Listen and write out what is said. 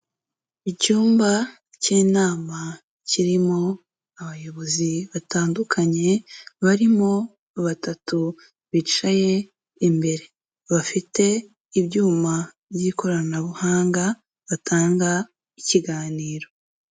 Icyumba cy'inama kirimo abayobozi batandukanye barimo batatu bicaye imbere bafite ibyuma by'ikoranabuhanga batanga ikiganiro.